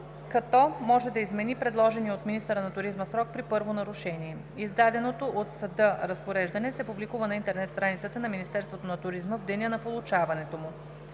като може да измени предложения от министъра на туризма срок при първо нарушение. Издаденото от съда разпореждане се публикува на интернет страницата на Министерството на туризма в деня на получаването му.